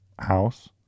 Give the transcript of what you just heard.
house